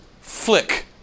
flick